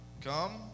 come